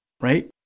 right